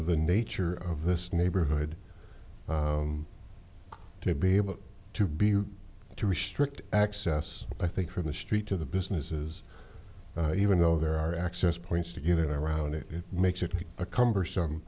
the nature of this neighborhood to be able to be to restrict access i think from the street to the businesses even though there are access points to get around it it makes it a cumbersome